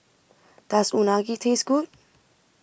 Does Unagi Taste Good